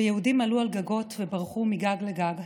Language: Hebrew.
ויהודים עלו על גגות וברחו מגג לגג.